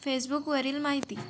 फेसबुकवरील माहिती